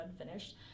unfinished